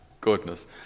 goodness